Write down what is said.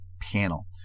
panel